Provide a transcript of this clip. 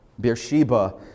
Beersheba